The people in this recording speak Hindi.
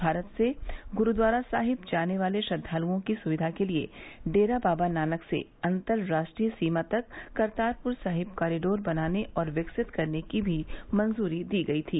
भारत से गुरूद्वारा साहिब जाने वाले श्रद्वालुओं की सुविघा के लिए डेरा बाब नानक से अन्तर राष्ट्रीय सीमा तक करतारपुर साहिब कारीडोर बनाने और विकसित करने की भी मंजूरी दी गयी थी